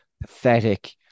pathetic